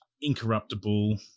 incorruptible